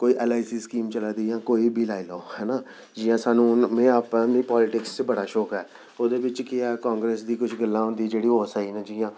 कोई L I C scheme चला दी जां कोई बी लाई लैओ ऐना जि'यां में आपें मिगी पॉलिटिक्स च बड़ा शौक ऐ ओह्दे बिच केह् ऐ कि कांग्रेस दियां कुछ गल्लां होंदियां जेह्ड़ियां स्हेई